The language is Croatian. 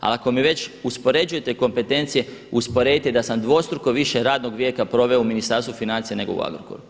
Ali ako mi već uspoređujete kompetencije, usporedite da sam dvostruko više radnog vijeka proveo u Ministarstvu financija nego u Agrokoru.